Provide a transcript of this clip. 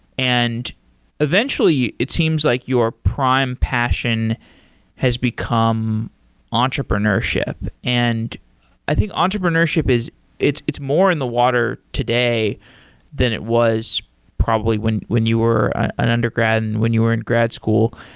and eventually, it seems like your prime passion has become entrepreneurship, and i think entrepreneurship is it's it's more in the water today than it was probably when when you were an undergrad and when you were in grad school.